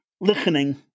listening